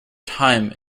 time